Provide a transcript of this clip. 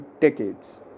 decades